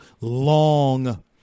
long